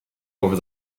over